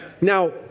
Now